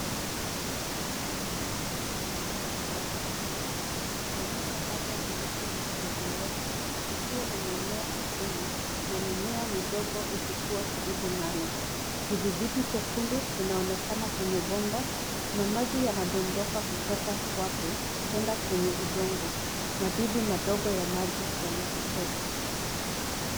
Mfumo wa umwagiliaji wa matone unaofanya kazi ,kuonyesha bomba jeusi la umwagiliaji likiwa limeenea ardhini na mimea midogo ikikua karibu nalo. Kidhibiti chekundu kinaonekana kwenye bomba na maji yanadondoka kutoka kwake, kuenda kwenye udongo .Madimbwi madogo ya maji yametokea.